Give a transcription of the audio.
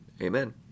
Amen